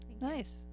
Nice